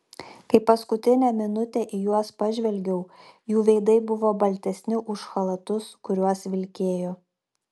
kai paskutinę minutę į juos pažvelgiau jų veidai buvo baltesni už chalatus kuriuos vilkėjo